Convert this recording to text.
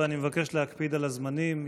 אני מבקש להקפיד על הזמנים.